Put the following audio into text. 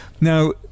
Now